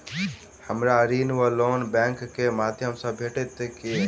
हमरा ऋण वा लोन बैंक केँ माध्यम सँ भेटत की?